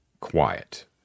quiet